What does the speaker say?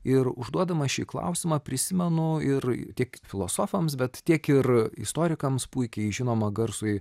ir užduodamas šį klausimą prisimenu tiek ir tik filosofams bet tiek ir istorikams puikiai žinomą garsųjį